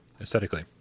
aesthetically